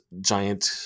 giant